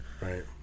Right